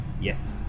Yes